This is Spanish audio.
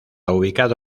ubicado